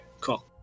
cool